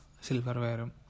silverware